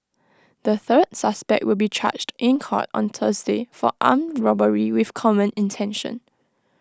the third suspect will be charged in court on Thursday for armed robbery with common intention